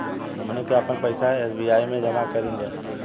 हमनी के आपन पइसा एस.बी.आई में जामा करेनिजा